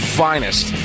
finest